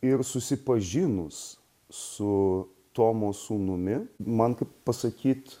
ir susipažinus su tomo sūnumi man kaip pasakyt